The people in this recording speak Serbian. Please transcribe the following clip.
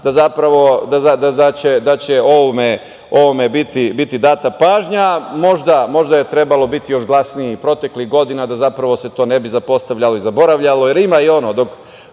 da će ovome biti data pažnja. Možda je trebalo biti još glasniji proteklih godina da se to ne bi zapostavljalo i zaboravljalo, jer ima i ono – dok